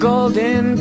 golden